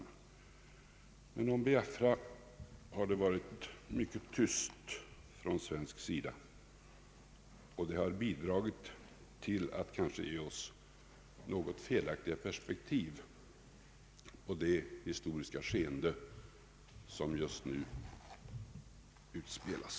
Men om Biafra har det varit mycket tyst från svensk sida. Detta har bidragit till att vi fått något felaktiga perspektiv på det historiska skeende som just nu utspelas.